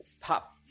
pop